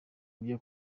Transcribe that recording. bye